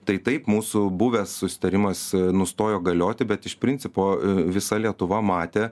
tai taip mūsų buvęs susitarimas nustojo galioti bet iš principo visa lietuva matė